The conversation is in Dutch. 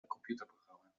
computerprogramma